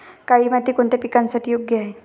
काळी माती कोणत्या पिकासाठी योग्य नाही?